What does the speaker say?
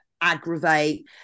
aggravate